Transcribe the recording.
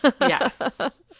Yes